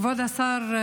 כבוד השר,